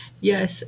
Yes